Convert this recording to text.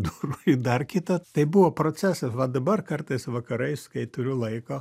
durų į dar kitą tai buvo procesas va dabar kartais vakarais kai turiu laiko